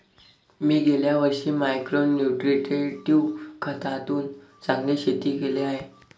मी गेल्या वर्षी मायक्रो न्युट्रिट्रेटिव्ह खतातून चांगले शेती केली आहे